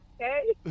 okay